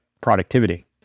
productivity